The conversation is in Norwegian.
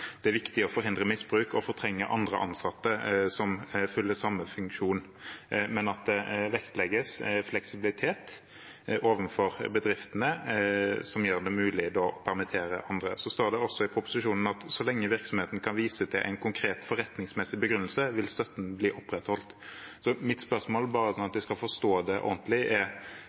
det er viktig å forhindre misbruk og at man fortrenger andre ansatte som fyller samme funksjon, men at det vektlegges fleksibilitet overfor bedriftene, som gjør det mulig å permittere andre. Det står også i proposisjonen: «Så lenge virksomheten kan vise til en slik konkret forretningsmessig begrunnelse, vil støtten bli opprettholdt.» Mitt spørsmål er – bare for å forstå det ordentlig: